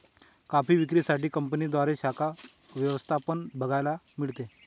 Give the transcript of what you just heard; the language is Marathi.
कॉफी विक्री साठी कंपन्यांद्वारे शाखा व्यवस्था पण बघायला मिळते